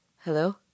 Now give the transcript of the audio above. Hello